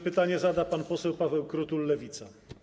Pytanie zada pan poseł Paweł Krutul, Lewica.